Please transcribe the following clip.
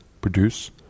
produce